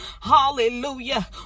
Hallelujah